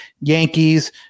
Yankees